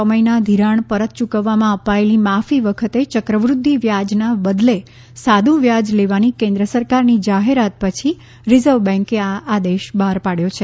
છ મહિના ઘિરાણ પરત યૂકવવામાં અપાયેલી માફી વખતે ચક્રવૃદ્ધિ વ્યાજના બદલે સાદું વ્યાજ લેવાની કેન્દ્ર સરકારની જાહેરાત પછી રીઝર્વબેન્કે આ આદેશ બહાર પાડયો છે